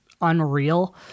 unreal